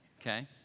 okay